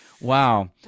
wow